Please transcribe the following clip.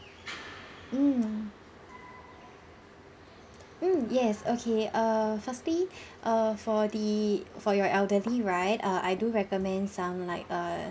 mm mm yes okay err firstly err for the for your elderly right uh I do recommend some like err